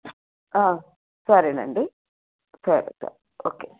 సరే అండి సరే సరే ఓకే